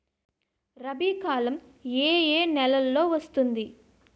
రబీ కాలం ఏ ఏ నెలలో వస్తుంది?